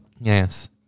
Yes